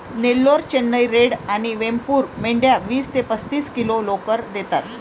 Nellore, Chennai red आणि वेमपूर मेंढ्या वीस ते पस्तीस किलो लोकर देतात